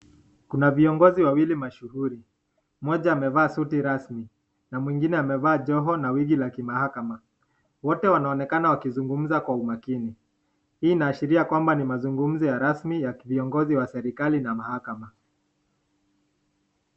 Kuna viongozi wawili mashuhuri. Mmoja amevaa suti rasmi na mwingine amevaa joho na wigi la kimahakama wote wanaonekana kwa umakini hii inaonekana kwamba ni mazungumzo ya rasmi ya viongozi wa kiserekali na mahakama.